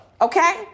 Okay